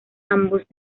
ambos